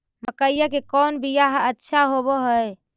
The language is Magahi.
मकईया के कौन बियाह अच्छा होव है?